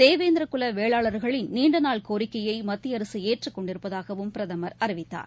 தேவேந்திர குல வேளாளர்களின் நீண்ட நாள் கோரிக்கையை மத்திய அரசு ஏற்றுக் கொண்டிருப்பதாகவும் பிரதமர் அறிவித்தார்